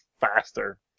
Faster